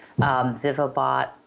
Vivabot